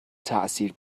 تاثیر